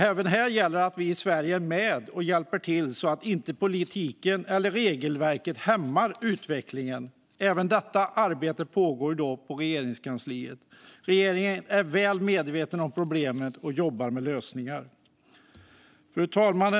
Även här gäller det att vi i Sverige är med och hjälper till så att inte politiken eller regelverket hämmar utvecklingen. Även detta arbete pågår på Regeringskansliet. Regeringen är väl medveten om problemet och jobbar med lösningar. Fru talman!